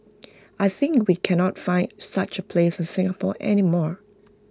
I think we cannot find such A place in Singapore any more